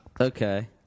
Okay